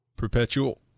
Perpetual